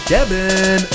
Devin